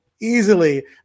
easily